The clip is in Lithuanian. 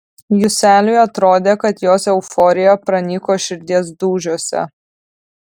juseliui atrodė kad jos euforija pranyko širdies dūžiuose